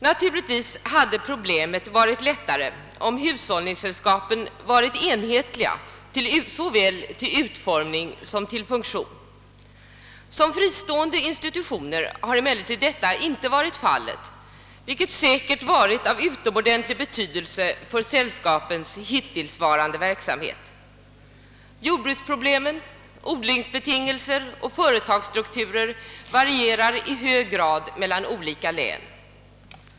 Naturligtvis hade problemet varit lättare att lösa, om hushållningssällskapen varit enhetliga såväl till utformning som till funktion. Då sällskapen är fristående institutioner har emellertid detta inte varit fallet, vilket säkert haft utomordentlig betydelse för deras hittillsvarande verksamhet. Jordbruksproblem, odlingsbetingelser och företagsstrukturer varierar i hög grad mellan olika län.